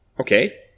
Okay